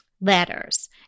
letters